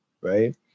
right